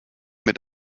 mit